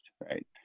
right